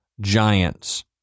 giants